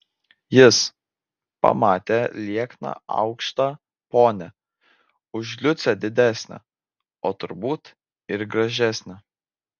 jis pamatė liekną aukštą ponią už liucę didesnę o turbūt ir gražesnę